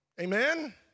Amen